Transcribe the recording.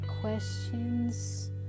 questions